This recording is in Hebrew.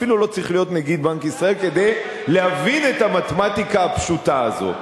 אפילו לא צריך נגיד בנק ישראל כדי להבין את המתמטיקה הפשוטה הזאת.